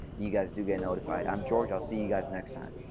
you guys do get notified. i'm george. i'll see you guys next time.